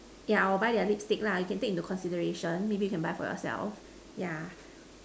yeah I will buy their lipstick lah you can take into consideration maybe you can buy for yourself yeah